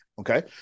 Okay